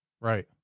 Right